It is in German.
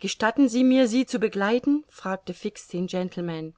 gestatten sie mir sie zu begleiten fragte fix den gentleman